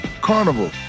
Carnival